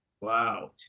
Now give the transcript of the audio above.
Wow